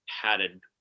padded